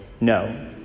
no